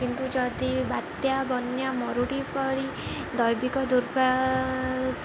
କିନ୍ତୁ ଯଦି ବାତ୍ୟା ବନ୍ୟା ମରୁଡ଼ି ପରି ଦୈବିକ ଦୁର୍ବିପାକ